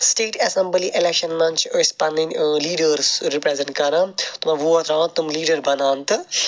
state assembly election مَنٛز چھِ أسۍ پَنن لیٖڈرس رِپریٚزنٹ کَران تمن ووٹ تراوان تم لیٖڈَر بَنان تہٕ